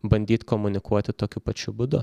bandyt komunikuoti tokiu pačiu būdu